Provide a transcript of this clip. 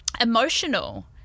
Emotional